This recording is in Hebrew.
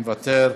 מוותר,